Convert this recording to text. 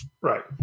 Right